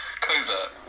covert